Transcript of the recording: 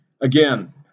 again